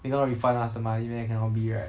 they gonna refund us the money meh cannot be right